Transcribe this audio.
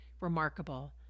remarkable